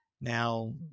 Now